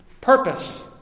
purpose